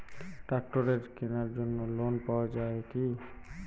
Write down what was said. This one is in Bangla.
ট্রাক্টরের কেনার জন্য লোন পাওয়া যায় কি?